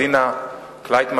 זינה קלייטמן,